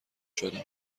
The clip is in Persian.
شدم